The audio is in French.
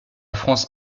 france